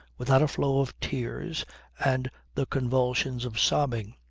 without a flow of tears and the convulsions of sobbing.